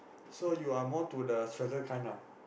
so you are more to the sweater kind ah